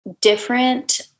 different